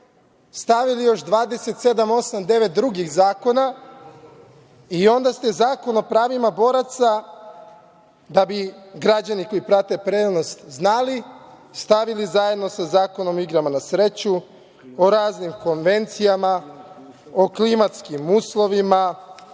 stavili još 27, 28, 29 drugih zakona i onda ste Zakon o pravima boraca, da bi građani koji prate prenos znali, stavili zajedno sa Zakonom o igrama na sreću, o raznim konvencijama, o klimatskim uslovima,